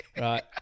right